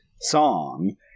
song